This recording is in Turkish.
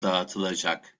dağıtılacak